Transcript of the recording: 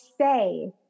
say